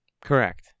Correct